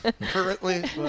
Currently